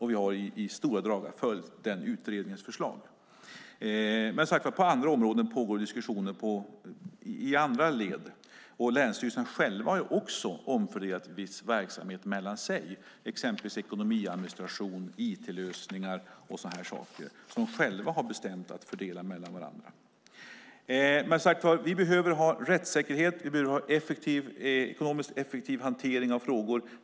Vi har i stora drag följt den utredningens förslag. På andra områden pågår som sagt diskussioner i andra led. Länsstyrelserna själva har också omfördelat viss verksamhet sinsemellan, exempelvis ekonomiadministration, it-lösningar och sådana saker, som de själva har bestämt att fördela. Vi behöver ha rättssäkerhet och en ekonomiskt effektiv hantering av frågor.